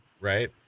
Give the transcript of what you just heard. right